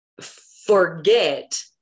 forget